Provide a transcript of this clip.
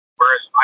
Whereas